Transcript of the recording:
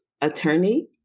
Attorney